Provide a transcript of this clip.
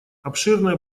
обширное